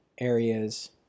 areas